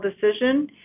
decision